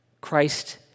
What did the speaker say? Christ